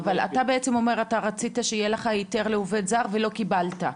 אבל אתה בעצם אומר שאתה רצית היתר לעובד זר ולא קיבלת?